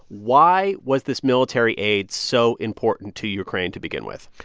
why was this military aid so important to ukraine to begin with?